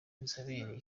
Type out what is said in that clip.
inzobere